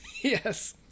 yes